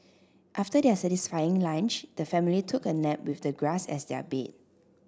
after their satisfying lunch the family took a nap with the grass as their bed